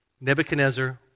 Nebuchadnezzar